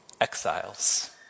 exiles